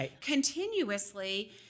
continuously